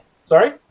Sorry